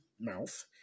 Mouth